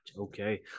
okay